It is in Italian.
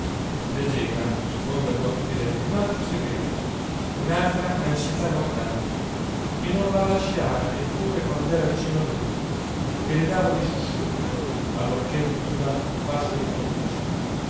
leggeva in fondo agli occhi di lei un altro segreto un'altra ansietà mortale che non la lasciava neppure quand'era vicino a lui che le dava dei sussulti allorché udiva un passo